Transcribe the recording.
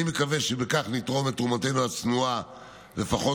אני מקווה שבכך נתרום את תרומתנו הצנועה לפחות